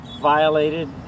violated